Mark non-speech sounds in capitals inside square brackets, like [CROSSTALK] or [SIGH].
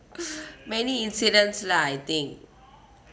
[BREATH] many incidents lah I think